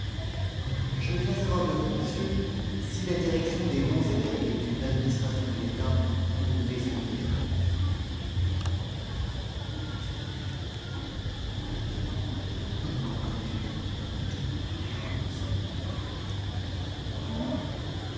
je viens savoir de vous monsieur si la direction des dons et legs est une administration de l'état ou une maison de tolérance m nègre l'étonnement avait immobilisé net le double mouvement de ses mains répondit